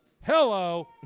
Hello